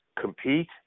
compete